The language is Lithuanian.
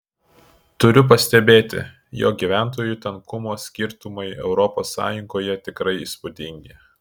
turiu pastebėti jog gyventojų tankumo skirtumai europos sąjungoje tikrai įspūdingi